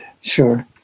Sure